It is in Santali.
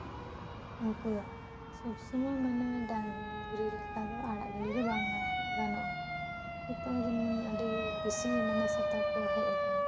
ᱩᱱᱠᱩᱣᱟᱜ ᱥᱚᱵᱥᱚᱢᱚᱭ ᱢᱟᱱᱮ ᱰᱟᱝᱨᱤ ᱞᱮᱠᱟ ᱟᱲᱟᱜ ᱜᱤᱲᱤ ᱫᱚ ᱵᱟᱝ ᱜᱟᱱᱚᱜᱼᱟ ᱱᱤᱛᱳᱜ ᱡᱮᱢᱚᱱ ᱟᱹᱰᱤ ᱵᱮᱥᱤ ᱢᱟᱱᱮ ᱥᱮᱛᱟ ᱠᱚ ᱦᱮᱡ ᱟᱠᱟᱱᱟ